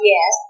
Yes